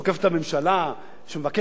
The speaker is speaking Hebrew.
שמבקש לקחת משהו מתקציב המדינה.